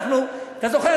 אתה זוכר?